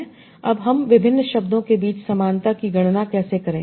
अब हम विभिन्न शब्दों के बीच समानता की गणना कैसे करें